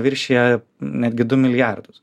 viršija netgi du milijardus